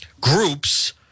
groups